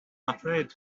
afraid